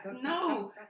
No